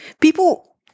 people